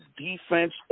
defense